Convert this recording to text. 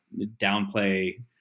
downplay